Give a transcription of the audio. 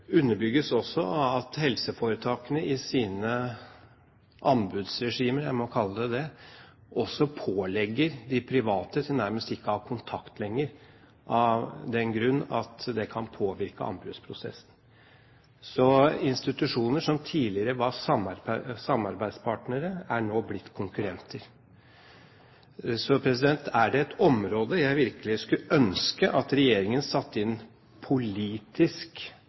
underbygges også av at helseforetakene i sine anbudsregimer – det vil jeg kalle det – pålegger de private nærmest ikke å ha kontakt lenger, av den grunn at det kan påvirke anbudsprosessen. Institusjoner som tidligere var samarbeidspartnere, er nå blitt konkurrenter. Er det ett område der jeg virkelig skulle ønske at regjeringen satte inn politisk